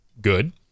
good